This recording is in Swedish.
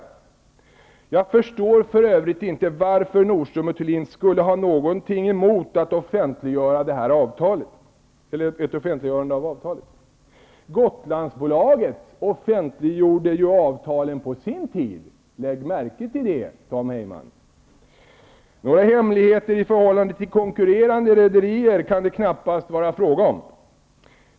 Jag förstår för övrigt inte varför Nordström & Thulin skulle ha någonting emot ett offentliggörande av avtalet. Gotlandsbolaget offentliggjorde ju avtalen på sin tid -- lägg märke till det, Tom Heyman! Några hemligheter i förhållande till konkurrerande rederier kan det knappast vara fråga om.